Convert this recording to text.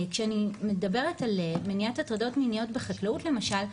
כשאני מדברת על מניעת הטרדות מיניות בחקלאות למשל,